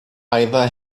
either